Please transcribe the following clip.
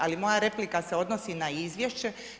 Ali moja replika se odnosi na izvješće.